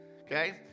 okay